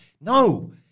No